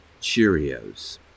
Cheerios